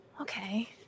Okay